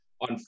on